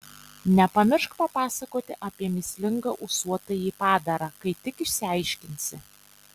nepamiršk papasakoti apie mįslingą ūsuotąjį padarą kai tik išsiaiškinsi